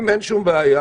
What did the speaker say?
אם אין שום בעיה,